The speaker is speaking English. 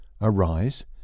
Arise